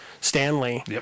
Stanley